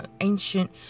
ancient